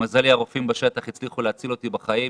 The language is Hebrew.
למזלי הרופאים בשטח הצליחו להשאיר אותי בחיים.